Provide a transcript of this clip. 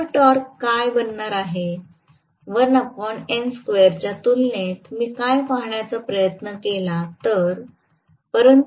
मूळ टॉर्क काय बनणार आहे याच्या तुलनेत मी काय पाहण्याचा प्रयत्न केला तर